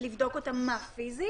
לבדוק אותם פיזית?